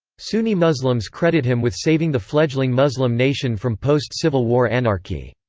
sunni muslims credit him with saving the fledgling muslim nation from post-civil war anarchy.